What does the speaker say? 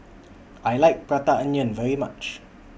I like Prata Onion very much